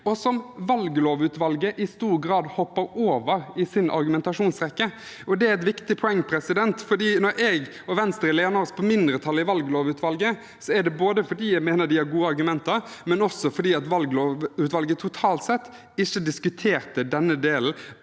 og som valglovutvalget i stor grad hopper over i sin argumentasjonsrekke. Det er et viktig poeng, for når jeg og Venstre lener oss på mindretallet i valglovutvalget, er det både fordi jeg mener de har gode argumenter, og også fordi valglovutvalget totalt sett ikke har diskutert denne delen